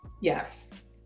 Yes